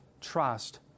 trust